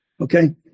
Okay